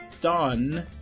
done